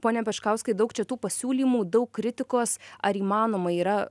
pone pečkauskai daug čia tų pasiūlymų daug kritikos ar įmanoma yra